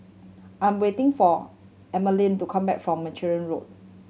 I am waiting for to come back from Carmichael Road